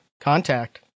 contact